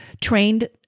trained